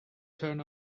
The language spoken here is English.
turn